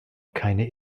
keine